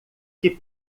que